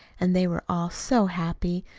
and they were all so happy,